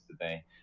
today